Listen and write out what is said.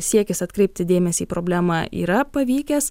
siekis atkreipti dėmesį į problemą yra pavykęs